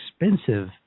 expensive